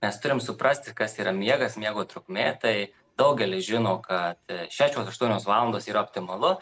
mes turim suprasti kas yra miegas miego trukmė tai daugelis žino kad šešios aštuonios valandos yra optimalu